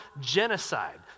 genocide